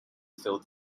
filled